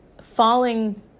falling